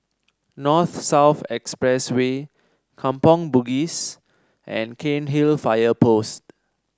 North South Expressway Kampong Bugis and Cairnhill Fire Post